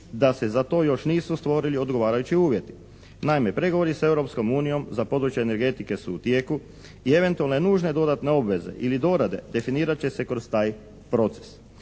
da se za to još nisu stvorili odgovarajući uvjeti. Naime, pregovori sa Europskom unijom za područje energetike su u tijeku i eventualne nužne dodatne obveze ili dorade definirat će se kroz taj proces.